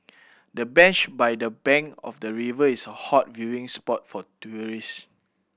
the bench by the bank of the river is a hot viewing spot for tourist